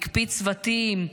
הקפיץ צוותים,